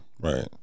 right